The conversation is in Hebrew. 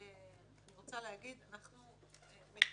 אני רוצה להגיד שאנחנו מתואמים.